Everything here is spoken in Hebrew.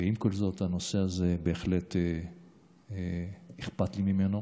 ועם כל זאת, הנושא הזה, בהחלט אכפת לי ממנו.